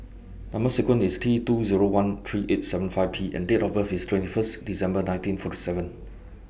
Number sequence IS T two Zero one three eight seven five P and Date of birth IS twenty First December nineteen forty seven